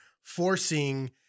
forcing